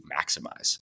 maximize